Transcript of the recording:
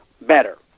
better